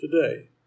today